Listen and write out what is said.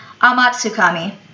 Amatsukami